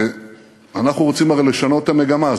אנחנו רוצים הרי לשנות את המגמה.